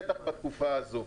בטח בתקופה הזו.